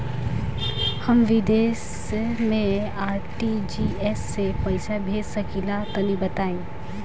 हम विदेस मे आर.टी.जी.एस से पईसा भेज सकिला तनि बताई?